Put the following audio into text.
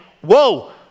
whoa